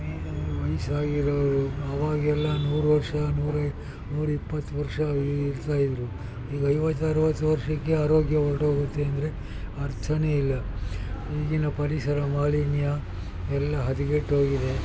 ಮೇಯ್ನಾಗಿ ವಯಸ್ಸಾಗಿರೋರು ಅವಾಗೆಲ್ಲ ನೂರು ವರ್ಷ ನೂರ ನೂರಿಪ್ಪತ್ತು ವರ್ಷ ಇರ್ತಾ ಇದ್ದರು ಈಗ ಐವತ್ತು ಅರ್ವತ್ತು ವರ್ಷಕ್ಕೆ ಆರೋಗ್ಯ ಹೊರ್ಟೋಗುತ್ತೆ ಅಂದರೆ ಅರ್ಥನೇ ಇಲ್ಲ ಈಗಿನ ಪರಿಸರ ಮಾಲಿನ್ಯ ಎಲ್ಲ ಹದಗೆಟ್ಟೋಗಿದೆ